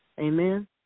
Amen